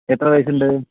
എത്ര വയസ്സുണ്ട്